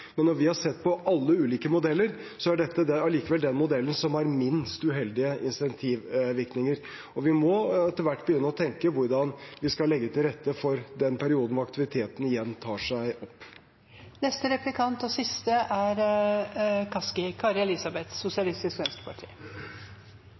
Når vi har sett på alle de ulike modeller, er dette likevel den modellen som har minst uheldige insentivvirkninger. Og vi må etter hvert begynne å tenke på hvordan vi skal legge til rette for perioden når aktiviteten igjen tar seg opp. Jeg var i mitt innlegg inne på at det er